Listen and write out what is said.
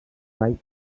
ripe